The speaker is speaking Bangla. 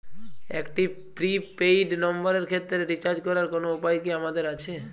একটি প্রি পেইড নম্বরের ক্ষেত্রে রিচার্জ করার কোনো উপায় কি আমাদের আছে?